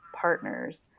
partners